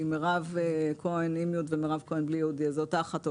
אם מירב כהן עם י' או בלי י' היא אותה אחת,